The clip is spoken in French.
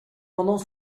pendant